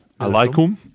alaikum